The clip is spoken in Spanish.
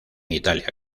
italia